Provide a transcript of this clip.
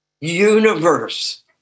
universe